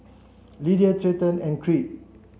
Lydia Treyton and Creed